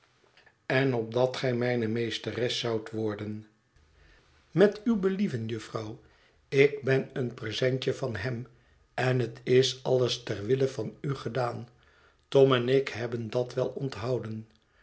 en opdat gij mijne meesteres zoudt worden met uw believen jufvrouw ik ben een presentje van hem en het is alles ter wille van u gedaan tom en ik hebben dat wel onthouden